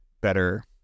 better